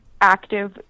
active